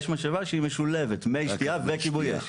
יש משאבה משולבת מי שתייה וכיבוי אש,